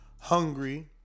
hungry